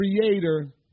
creator